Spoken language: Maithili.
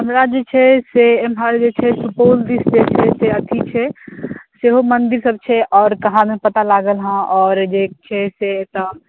हमरा जे छै एम्हर जे छै सुपौल दिस जे छै से अथी छै सेहो मंदिर सब के आओर कहाँदन पता लागल हन आओर जे छै से एतय